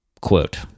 Quote